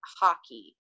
hockey